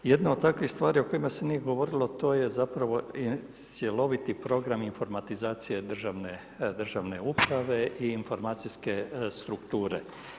Jedna od takvih stvari o kojima se nije govorilo to je cjeloviti programa informatizacije državne uprave i informacijske strukture.